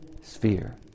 sphere